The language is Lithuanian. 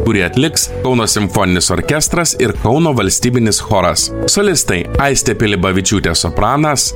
kurį atliks kauno simfoninis orkestras ir kauno valstybinis choras solistai aistė pilibavičiūtė sopranas